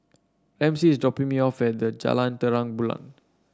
Ramsey is dropping me off at Jalan Terang Bulan